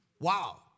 Wow